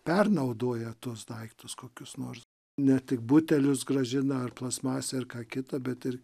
pernaudoja tuos daiktus kokius nors ne tik butelius grąžina ar plastmasę ar ką kitą bet ir